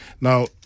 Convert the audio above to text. Now